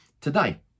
today